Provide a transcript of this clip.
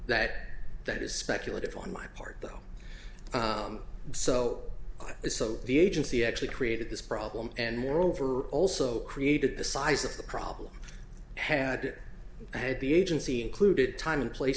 that that is speculative on my part though so it is so the agency actually created this problem and moreover also created the size of the problem had it had the agency included time in place